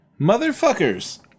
Motherfuckers